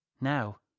Now